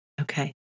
Okay